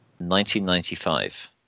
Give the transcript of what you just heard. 1995